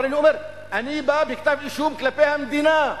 אבל אני אומר, אני בא בכתב-אישום כלפי המדינה,